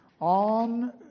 on